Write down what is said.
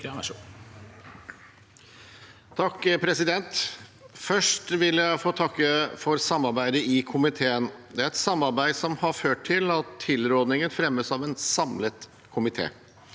for saken): Først vil jeg få takke for samarbeidet i komiteen. Det er et samarbeid som har ført til at tilrådingen fremmes av en samlet komité.